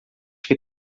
que